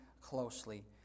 closely